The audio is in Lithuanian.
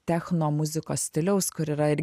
technomuzikos stiliaus kur yra irgi